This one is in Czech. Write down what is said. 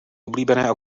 oblíbené